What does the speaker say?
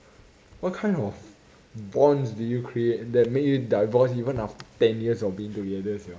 what kind of bonds do you create that make you divorce even after ten years of being together sia